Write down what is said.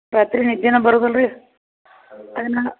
ರಾತ್ರಿ ನಿದ್ದೆನ ಬರುದಲ್ಲ ರೀ ಅದನ್ನ